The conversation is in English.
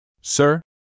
Sir